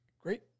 Great